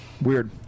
weird